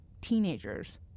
teenagers